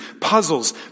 puzzles